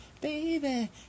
baby